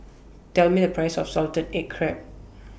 Tell Me The Price of Salted Egg Crab